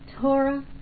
Torah